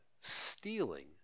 stealing